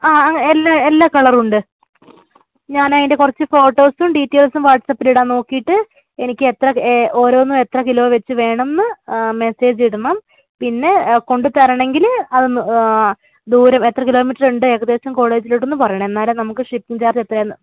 ആ എല്ലാ കളറുമുണ്ട് ഞാനതിന്റെ കുറച്ച് ഫോട്ടോസും ഡിറ്റൈസിൽസും വാട്സാപ്പിലിടാം നോക്കിയിട്ട് എനിക്ക് എത്ര ഓരോന്നും എത്ര കിലോ വെച്ച് വേണമെന്ന് മെസേജിടണം പിന്നെ കൊണ്ടുതരണമെങ്കില് അത് ദൂരം എത്ര കിലോമീറ്റർ ഉണ്ട് ഏകദേശം കോളേജിലേക്കെന്നും പറയണം എന്നാലെ നമുക്ക് ഷിപ്പിങ് ചാർജ് എത്രയാണെന്ന്